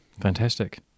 fantastic